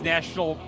National